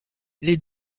les